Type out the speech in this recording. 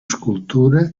escultura